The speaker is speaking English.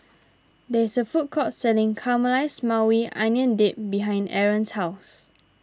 there is a food court selling Caramelized Maui Onion Dip behind Arron's house